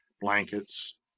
blankets